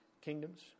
kingdoms